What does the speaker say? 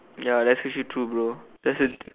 ya that's actually true bro that's